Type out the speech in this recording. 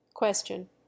Question